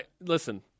Listen